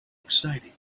exciting